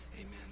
Amen